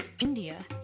India